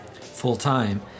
full-time